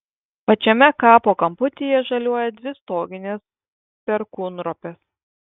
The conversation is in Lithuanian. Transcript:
pačiame kapo kamputyje žaliuoja dvi stoginės perkūnropės